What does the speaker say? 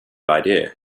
idea